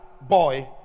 boy